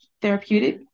therapeutic